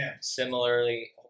similarly